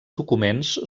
documents